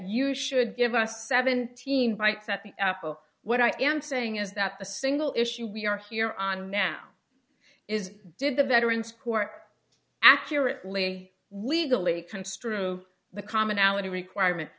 you should give us seventeen bites at the apple what i am saying is that the single issue we are here on now is did the veterans court accurately legally construe the commonality requirement